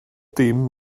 dim